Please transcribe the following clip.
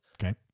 Okay